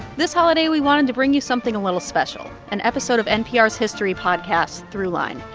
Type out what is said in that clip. this holiday, we wanted to bring you something a little special an episode of npr's history podcast throughline.